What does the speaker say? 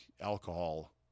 alcohol